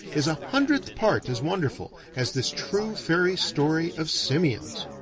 is a hundredth part as wonderful as this true fairy story of simians!